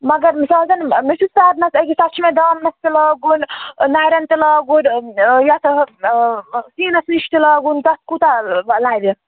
مگر مِثال زَنہٕ مےٚ چھُ فٮ۪رنَس أکِس تَتھ چھُ مےٚ دامنَس تہِ لاگُن نَرٮ۪ن تہِ لاگُن یَتھ سیٖنَس نِش تہِ لاگُن تَتھ کوٗتاہ لَگہِ